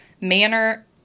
manner